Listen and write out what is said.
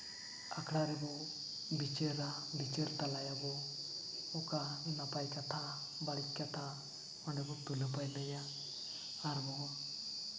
ᱟᱠᱷᱲᱟ ᱨᱮᱵᱚ ᱵᱤᱪᱟᱹᱨᱟ ᱵᱤᱪᱟᱹᱨ ᱛᱟᱞᱟᱭᱟᱵᱚ ᱚᱠᱟ ᱱᱟᱯᱟᱭ ᱠᱟᱛᱷᱟ ᱵᱟᱹᱲᱤᱡ ᱠᱟᱛᱷᱟ ᱚᱸᱰᱮ ᱵᱚ ᱛᱩᱞᱟᱹᱼᱯᱟᱹᱭᱞᱟᱹᱭᱟ ᱟᱨ ᱵᱚ